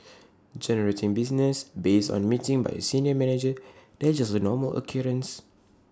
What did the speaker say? generating business based on A meeting by A senior manager that's just A normal occurrence